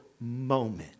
moment